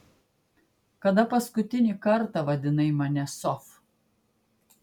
kada paskutinį kartą vadinai mane sof